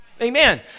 Amen